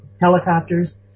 helicopters